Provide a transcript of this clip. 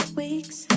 weeks